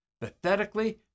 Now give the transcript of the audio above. Pathetically